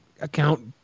account